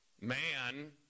man